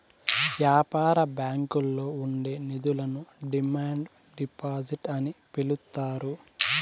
యాపార బ్యాంకుల్లో ఉండే నిధులను డిమాండ్ డిపాజిట్ అని పిలుత్తారు